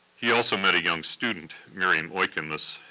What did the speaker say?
he also met a young student, miriam oikemus,